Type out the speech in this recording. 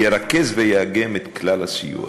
ירכז ויאגם את כלל הסיוע.